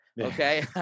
Okay